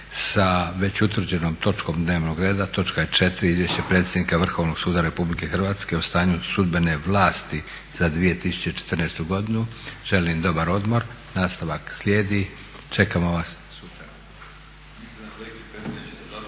sa već utvrđenom točkom dnevnog reda točka 4. Izvješće predsjednika Vrhovnog suda Republike Hrvatske o stanju sudbene vlasti za 2014. godinu. Želim dobar odmor, nastavak slijedi, čekamo vas sutra.